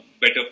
better